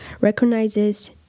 recognizes